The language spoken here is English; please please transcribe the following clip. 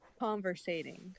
conversating